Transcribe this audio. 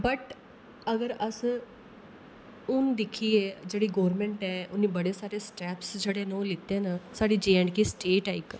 but अगर अस हून दिखचै जेह्डे़ गवर्नमेंट उ'नें बडे़ सारे स्टैपस जेह्डे़ न ओह् लैते न साढ़ी जे एडं के स्टेट ऐ इक